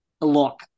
look